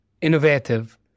innovative